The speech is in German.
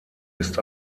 ist